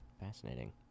Fascinating